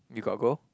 you got go